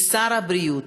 משר הבריאות.